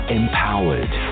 empowered